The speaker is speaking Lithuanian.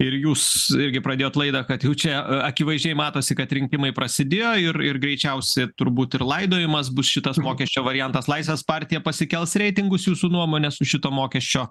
ir jūs irgi pradėjot laidą kad jau čia akivaizdžiai matosi kad rinkimai prasidėjo ir ir greičiausiai turbūt ir laidojimas bus šitas mokesčio variantas laisvės partija pasikels reitingus jūsų nuomone su šito mokesčio